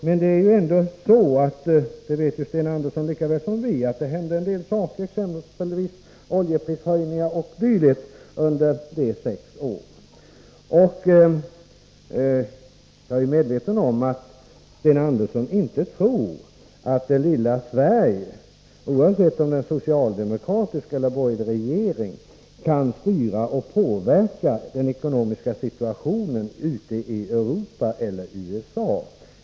Men Sten Andersson vet lika väl som vi att det hände en del saker — exempelvis oljeprishöjningar — under de sex åren. Jag är medveten om att Sten Andersson inte tror att det lilla Sverige, oavsett om vi har socialdemokratisk eller borgerlig regering, kan styra och påverka den ekonomiska situationen ute i Europa eller USA.